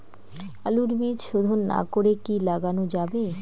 আলুর বীজ শোধন না করে কি লাগানো যাবে?